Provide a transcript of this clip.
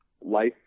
life